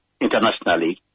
internationally